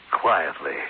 quietly